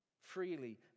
Freely